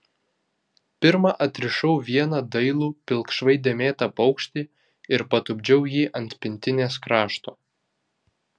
pirma atrišau vieną dailų pilkšvai dėmėtą paukštį ir patupdžiau jį ant pintinės krašto